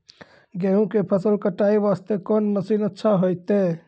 गेहूँ के फसल कटाई वास्ते कोंन मसीन अच्छा होइतै?